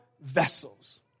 vessels